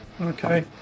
okay